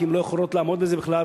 כי הן לא יכולות לעמוד בזה בכלל,